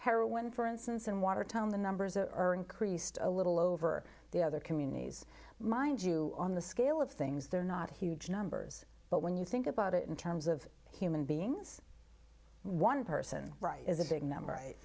when for instance in watertown the numbers of earn creased a little over the other communities mind you on the scale of things there are not huge numbers but when you think about it in terms of human beings one person right is a big number